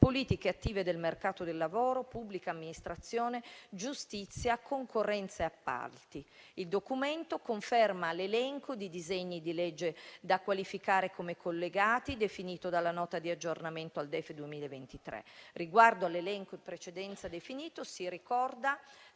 politiche attive del mercato del lavoro, pubblica amministrazione, giustizia, concorrenza e appalti. Il Documento conferma l'elenco dei disegni di legge da qualificare come collegati definito dalla Nota di aggiornamento al DEF 2023. Riguardo all'elenco in precedenza definito, si ricorda